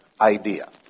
idea